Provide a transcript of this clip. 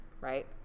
right